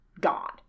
god